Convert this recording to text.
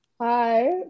Hi